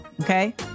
okay